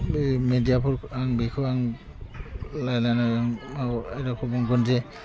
बे मेडियाफोर आं बेखौ आं लायलाना आं माबा एर'खम बुंगोनजे